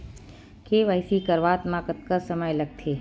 KYC करवात म कतका समय लगथे?